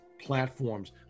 platforms